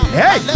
hey